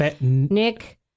Nick